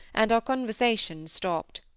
and our conversation stopped.